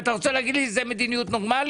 ואתה רוצה להגיד לי זה מדיניות נורמלית?